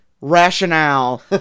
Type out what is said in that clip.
rationale